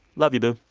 love you, boo.